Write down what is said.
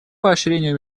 поощрению